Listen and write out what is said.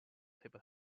table